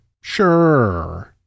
Sure